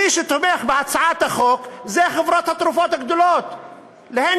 מי שתומך בהצעת החוק אלה חברות התרופות הגדולות.